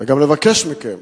וגם לבקש מכם